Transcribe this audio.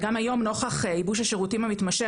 וגם היום נוכח ייבוש השירותים המתמשך,